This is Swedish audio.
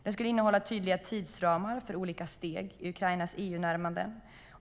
Den skulle innehålla tydliga tidsramar för olika steg i Ukrainas EU-närmande.